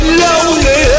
lonely